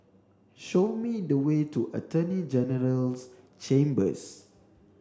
show me the way to Attorney General's Chambers